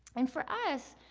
and for us,